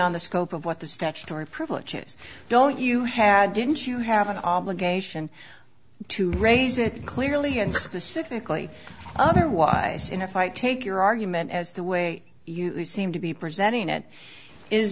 beyond the scope of what the statutory privileges don't you had didn't you have an obligation to raise it clearly and specifically otherwise in a fight take your argument as the way you seem to be presenting it is